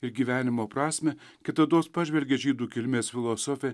ir gyvenimo prasmę kitados pažvelgė žydų kilmės filosofė